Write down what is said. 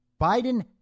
Biden